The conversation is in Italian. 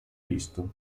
visto